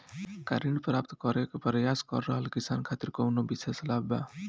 का ऋण प्राप्त करे के प्रयास कर रहल किसान खातिर कउनो विशेष लाभ बा?